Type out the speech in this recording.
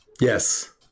Yes